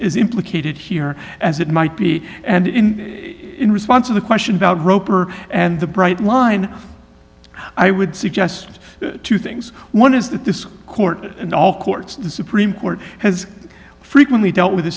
is implicated here as it might be and in in response to the question about roper and the bright line i would suggest two things one is that this court and all courts the supreme court has frequently dealt with a